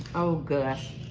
oh gosh.